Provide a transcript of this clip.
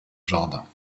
jardin